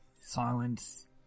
Silence